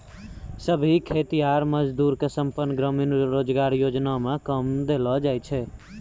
सभै खेतीहर मजदूर के संपूर्ण ग्रामीण रोजगार योजना मे काम देलो जाय छै